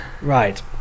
right